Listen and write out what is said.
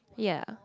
ya